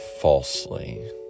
falsely